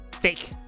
fake